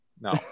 no